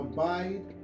Abide